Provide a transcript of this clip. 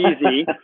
easy